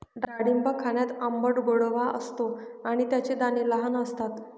डाळिंब खाण्यात आंबट गोडवा असतो आणि त्याचे दाणे लहान असतात